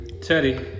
Teddy